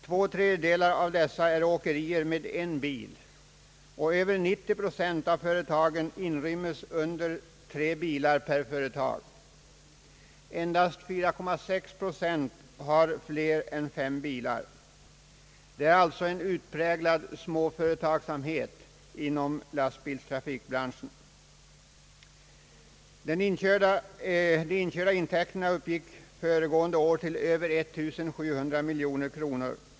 Två tredjedelar av dessa är åkerier med en bil, och över 90 procent av företagen har tre bilar per företag eller färre. Endast 4,6 procent har fler än fem bilar. Det är alltså en utpräglad småföretagsamhet inom lastbilstrafikbranschen. De inkörda intäkterna uppgick föregående år till över 1700 miljoner kronor.